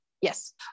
Yes